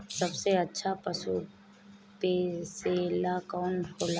सबसे अच्छा पशु पोसेला कौन होला?